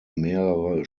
mehrere